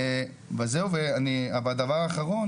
והדבר האחרון,